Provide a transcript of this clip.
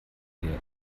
der